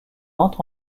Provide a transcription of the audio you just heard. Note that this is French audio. entre